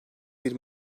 bir